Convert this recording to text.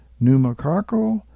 pneumococcal